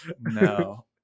No